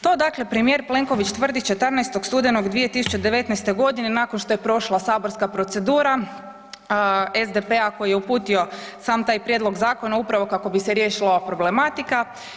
To dakle premijer Plenković tvrdi 14. studenog 2019.g. nakon što je prošla saborska procedura SDP-a koji je uputio sam taj prijedlog zakona upravo kako bi se riješila ova problematika.